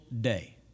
day